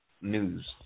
news